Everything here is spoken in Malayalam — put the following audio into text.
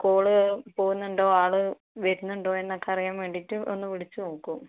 കോൾ പോകുന്നുണ്ടോ ആൾ വരുന്നുണ്ടോ എന്നൊക്കെ അറിയാൻ വേണ്ടിയിട്ട് ഒന്ന് വിളിച്ച് നോക്കും